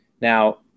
Now